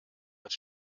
als